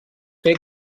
fer